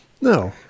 No